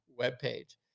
webpage